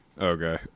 Okay